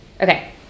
Okay